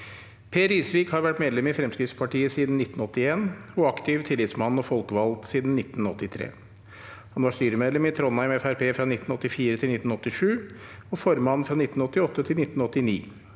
Per Risvik har vært medlem i Fremskrittspartiet siden 1981 og aktiv tillitsmann og folkevalgt siden 1983. Han var styremedlem i Trondheim FrP fra 1984 til 1987 og formann fra 1988 til 1989.